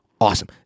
awesome